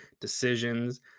decisions